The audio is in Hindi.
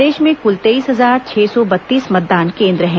प्रदेश में कुल तेईस हजार छह सौ बत्तीस मतदान केंद्र हैं